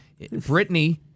Britney